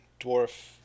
dwarf